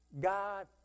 God